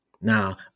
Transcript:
Now